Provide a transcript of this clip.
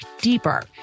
deeper